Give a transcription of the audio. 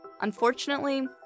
Unfortunately